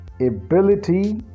ability